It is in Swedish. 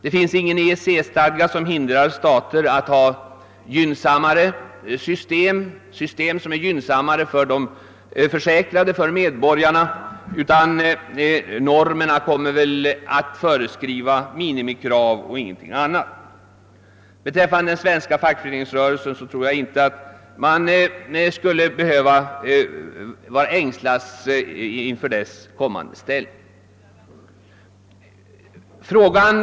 Det finns ingen EEC-stadga som hindrar en stat från att tillämpa ett för medborgarna gynnsammare system i sociallagstiftningen. Normerna kommer säkert att föreskriva minimikrav, ingenting annat. Och vad den svenska fackföreningsrörelsen angår tror jag ingen behöver ängslas för dess ställning i framtiden.